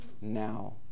now